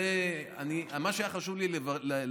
זה מה שהיה חשוב לי לומר,